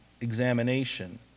examination